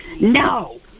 no